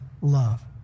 love